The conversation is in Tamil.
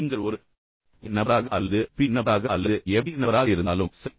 நீங்கள் ஒரு வகை ஏ நபராக இருந்தாலும் அல்லது வகை பி நபராக இருந்தாலும் அல்லது வகை ஏபி நபராக இருந்தாலும் சரி